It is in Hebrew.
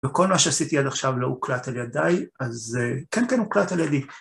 וכל מה שעשיתי עד עכשיו לא הוקלט על ידיי, אז כן כן הוקלט על ידי.